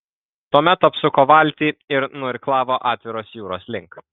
tuomet apsuko valtį ir nuirklavo atviros jūros link